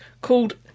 called